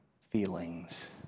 feelings